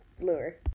lure